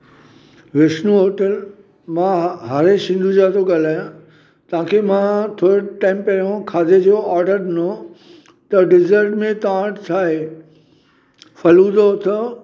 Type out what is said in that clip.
Vishnu hotel मां हरेश हिंदूजा थो ॻाल्हायां तव्हांखे मां थोरे टाइम पहिरियों खाधे जो ऑडर ॾिनो त डिजर्ट में तव्हां वटि छा आहे फलूदो अथव अछा